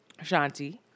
Shanti